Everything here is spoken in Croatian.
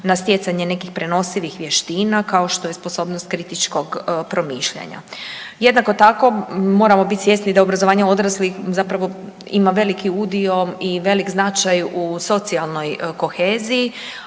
na stjecanje nekih prenosivih vještina kao što je sposobnost kritičkog promišljanja. Jednako tako moramo biti svjesni da obrazovanje odraslih zapravo ima veliki udio i velik značaj u socijalnoj koheziji,